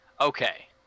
Okay